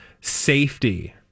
safety